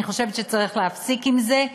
אני חושבת שצריך להפסיק את זה,